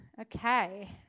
Okay